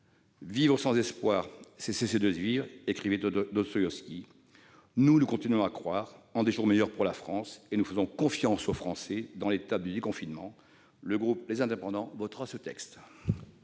« Vivre sans espoir, c'est cesser de vivre » écrivait Dostoïevski. Nous, nous continuons à croire en des jours meilleurs pour la France et nous faisons confiance aux Français pour réussir le déconfinement. Le groupe Les Indépendants - République et